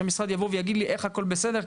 שהמשרד יגיד לי איך הכול בסדר.